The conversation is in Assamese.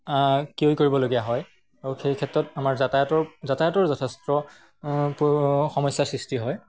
ক্ৰয় কৰিবলগীয়া হয় আৰু সেই ক্ষেত্ৰত আমাৰ যাতায়তৰ যাতায়তৰ যথেষ্ট সমস্যাৰ সৃষ্টি হয়